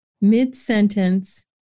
mid-sentence